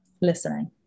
Listening